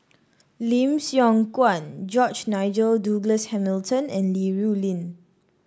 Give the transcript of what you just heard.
Lim Siong Guan George Nigel Douglas Hamilton and Li Rulin